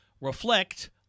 reflect